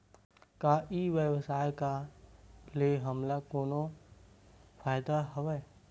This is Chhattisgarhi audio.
का ई व्यवसाय का ले हमला कोनो फ़ायदा हवय?